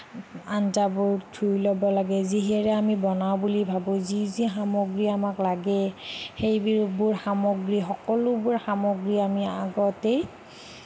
আঞ্জাবোৰ ধুই ল'ব লাগে যিহেৰে আমি বনাও বুলি ভাবোঁ যি যি সামগ্ৰী আমাক লাগে সেইবোৰ সামগ্ৰী সকলোঁবোৰ সামগ্ৰী আমি আগতেই